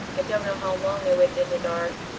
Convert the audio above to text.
i don't know how long i waited in the dark,